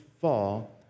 fall